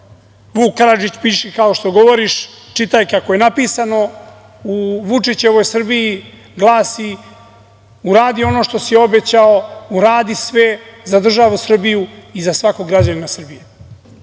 Vuk Karadžić "Piši kao što govoriš, čitaj kako je napisano" u Vučićevoj Srbiji glasi - uradi ono što si obećao, uradi sve za državu Srbiju i za svakog građanina Srbije. To